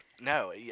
No